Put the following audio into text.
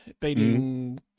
beating